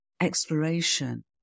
exploration